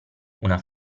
una